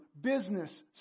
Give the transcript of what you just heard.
business